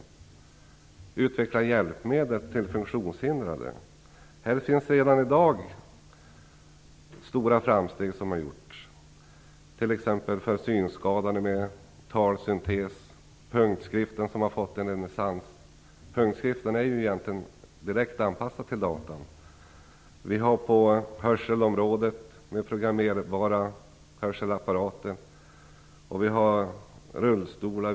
Det gäller att utveckla hjälpmedel till funktionshindrade. Det har redan i dag gjorts stora framsteg t.ex. för synskadade. Det finns talsyntes, och punktskriften har fått en renässans. Punktskriften är egentligen direkt anpassad till datorn. Vi har på hörselområdet programmerbara hörselapparater, och vi har rullstolar.